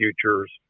futures